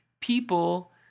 people